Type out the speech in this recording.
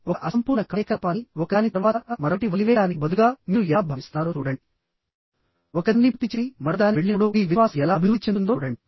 ఒక అసంపూర్ణ కార్యకలాపాన్ని ఒకదాని తర్వాత మరొకటి వదిలివేయడానికి బదులుగా మీరు ఎలా భావిస్తున్నారో చూడండి ఒకదాన్ని పూర్తి చేసి మరొకదానికి వెళ్లినప్పుడు మీ విశ్వాసం ఎలా అభివృద్ధి చెందుతుందో చూడండి